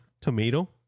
Tomato